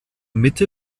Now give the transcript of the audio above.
mitte